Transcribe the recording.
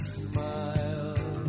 smile